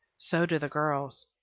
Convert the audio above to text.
so do the girls.